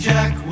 Jack